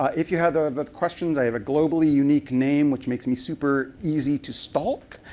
ah if you have but questions, i have a globally unique name, which makes me super easy to stalk,